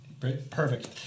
Perfect